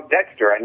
Dexter